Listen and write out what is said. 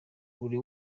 buri